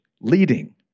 leading